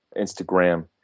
Instagram